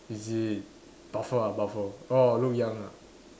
is it buffer ah buffer orh look young ah